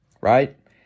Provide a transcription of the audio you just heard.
right